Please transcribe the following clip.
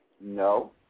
No